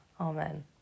amen